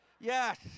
Yes